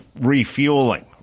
refueling